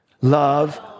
love